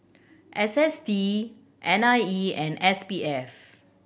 S S T N I E and S P F